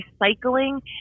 recycling